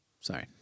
sorry